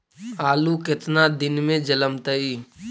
आलू केतना दिन में जलमतइ?